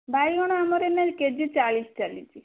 ବାଇଗଣ ଆମର ଏଇନେ କେଜି ଚାଳିଶ ଚାଲିଛି